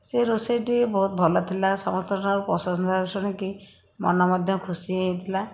ସେ ରୋଷେଇଟି ବହୁତ ଭଲ ଥିଲା ସମସ୍ତଙ୍କଠାରୁ ପ୍ରଂଶସା ଶୁଣିକି ମନ ମଧ୍ୟ ଖୁସି ହୋଇଥିଲା